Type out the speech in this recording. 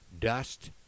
dust